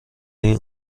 این